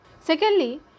Secondly